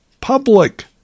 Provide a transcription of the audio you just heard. public